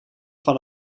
van